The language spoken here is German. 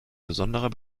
besonderer